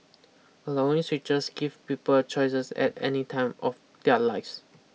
allowing switches give people choices at any time of their lives